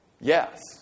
Yes